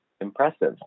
impressive